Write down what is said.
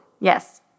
Yes